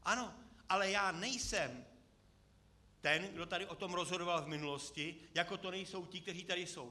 Ano, ale já nejsem ten, kdo tady o tom rozhodoval v minulosti, jako to nejsou ti, kteří tady jsou.